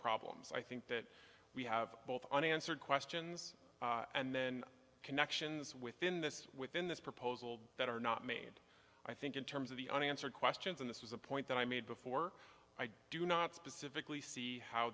problems i think that we have both unanswered questions and then connections within this within this proposal that are not made i think in terms of the unanswered questions in this was a point that i made before i do not specifically see how